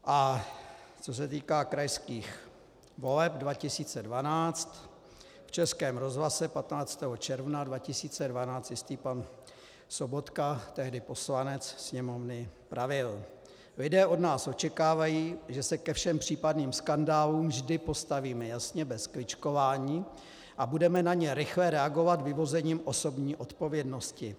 A co se týká krajských voleb 2012, v Českém rozhlase 15. června 2012 jistý pan Sobotka, tehdy poslanec Sněmovny, pravil: Lidé od nás očekávají, že se ke všem případným skandálům vždy postavíme jasně, bez kličkování a budeme na ně rychle reagovat vyvozením osobní odpovědnosti.